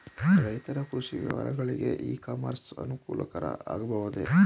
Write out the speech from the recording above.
ರೈತರ ಕೃಷಿ ವ್ಯವಹಾರಗಳಿಗೆ ಇ ಕಾಮರ್ಸ್ ಅನುಕೂಲಕರ ಆಗಬಹುದೇ?